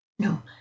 No